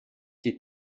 die